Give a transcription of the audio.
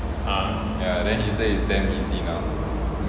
ya then he says he's damn busy now